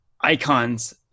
icons